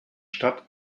stadt